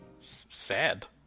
sad